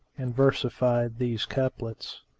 and versified these couplets,